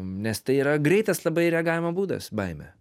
nes tai yra greitas labai reagavimo būdas baimė